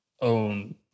own